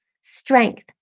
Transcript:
strength